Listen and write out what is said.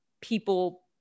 people